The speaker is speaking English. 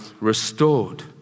restored